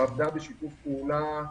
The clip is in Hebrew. עבדה בשיתוף פעולה וביחד,